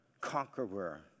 conqueror